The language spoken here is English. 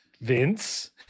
Vince